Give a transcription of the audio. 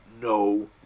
no